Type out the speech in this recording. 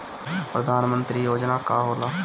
परधान मंतरी योजना का होला?